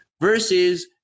versus